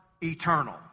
eternal